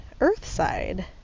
Earthside